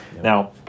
Now